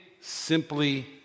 simply